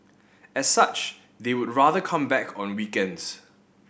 as such they would rather come back on weekends